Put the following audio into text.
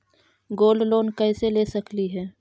Gold loan कैसे ले सकली हे?